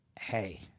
hey